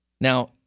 Now